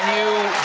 you